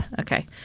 Okay